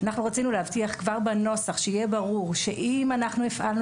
אנחנו רצינו להבטיח כבר בנוסח שיהיה ברור שאם אנחנו הפעלנו